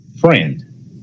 friend